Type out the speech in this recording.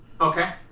Okay